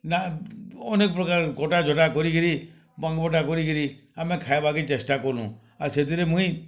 ନା ଅନେକ ପ୍ରକାର କଟା ଝଟା୍ କରିକିରି କରିକିରି ଆମେ ଖାଇବାକେ ଚେଷ୍ଟା କରୁଁ ଆଉ ସେଥିରେ ମୁଇଁ